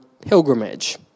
pilgrimage